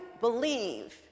believe